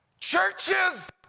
Churches